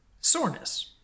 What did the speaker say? soreness